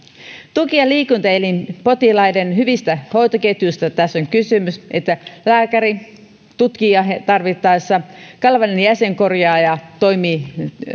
tuki ja liikuntaelinpotilaiden hyvistä hoitoketjuista tässä on kysymys lääkäri tutkii ja tarvittaessa kalevalainen jäsenkorjaaja toimii